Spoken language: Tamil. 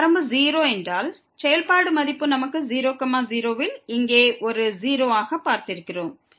இந்த வரம்பு 0 என்றால் செயல்பாடு மதிப்பு நமக்கு 0 0 ல் இங்கே ஒரு 0 ஆக பார்த்திருக்கிறோம்